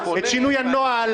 את שינוי הנוהל,